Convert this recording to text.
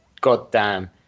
goddamn